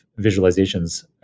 visualizations